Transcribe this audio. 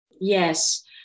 Yes